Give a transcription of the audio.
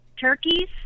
turkeys